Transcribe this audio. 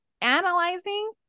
analyzing